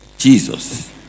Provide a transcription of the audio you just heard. Jesus